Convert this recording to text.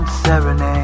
serenade